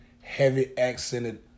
heavy-accented